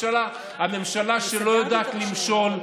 הממשלה שלא יודעת למשול,